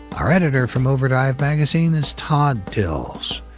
our editor from overdrive magazine is todd dills.